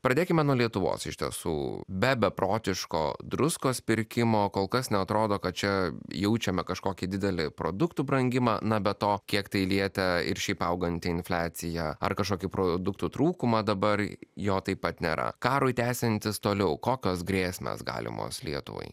pradėkime nuo lietuvos iš tiesų be beprotiško druskos pirkimo kol kas neatrodo kad čia jaučiame kažkokį didelį produktų brangimą na be to kiek tai lietė ir šiaip auganti infliacija ar kažkokį produktų trūkumą dabar jo taip pat nėra karui tęsiantis toliau kokios grėsmės galimos lietuvai